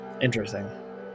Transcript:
Interesting